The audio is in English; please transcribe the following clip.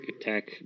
attack